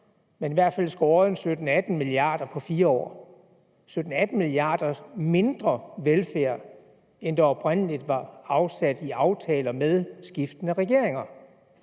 år i hvert fald skåret 17-18 mia. kr. Det er for 17-18 mia. kr. mindre velfærd, end der oprindelig var afsat i aftaler med skiftende regeringer.